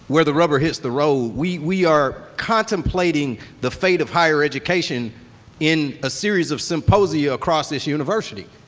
where the rubber hits the road. we we are contemplating the fate of higher education in a series of symposia across this university.